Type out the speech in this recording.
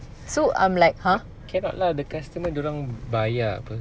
so I'm like !huh!